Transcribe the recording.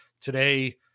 today